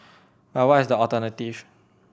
but what is the alternative